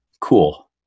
cool